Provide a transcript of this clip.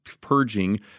purging